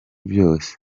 byose